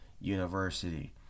university